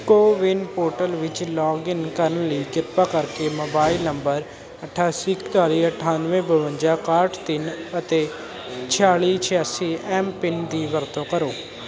CoWIN portal ਵਿੱਚ login ਕਰਨ ਲਈ ਕਿਰਪਾ ਕਰਕੇ ਮੋਬਾਈਲ ਨੰਬਰ ਅਠਾਸੀ ਇਕਤਾਲੀ ਅਠੱਨਵੇਂ ਬਵੰਜਾ ਇਕਾਹਠ ਤਿੰਨ ਅਤੇ ਛਿਆਲੀ ਛਿਆਸੀ ਐੱਮ ਪਿੰਨ ਦੀ ਵਰਤੋਂ ਕਰੋ